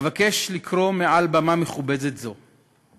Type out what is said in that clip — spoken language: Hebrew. אבקש לקרוא מעל במה מכובדת זו: